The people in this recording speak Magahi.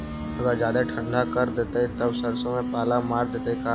अगर जादे ठंडा कर देतै तब सरसों में पाला मार देतै का?